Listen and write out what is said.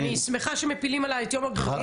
אני שמחה שמפילים עליי את יום הגליל